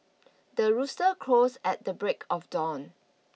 the rooster crows at the break of dawn